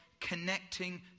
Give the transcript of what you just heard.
connecting